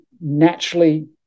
naturally